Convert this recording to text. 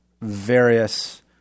various